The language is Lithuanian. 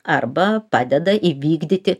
arba padeda įvykdyti